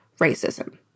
racism